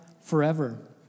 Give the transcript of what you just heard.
forever